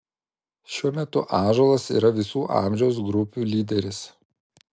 šiuo metu ąžuolas yra visų amžiaus grupių lyderis